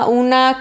una